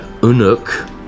Unuk